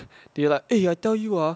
they like eh I tell you ah